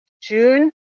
june